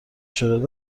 شجاعت